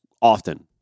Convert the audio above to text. often